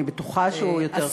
אני בטוחה שהוא יותר חשוב מהתקציב.